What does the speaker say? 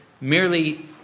merely